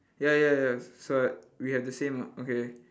ya ya ya sorry we have the same okay